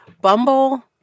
Bumble